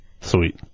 Sweet